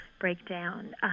breakdown